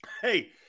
Hey